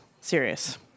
serious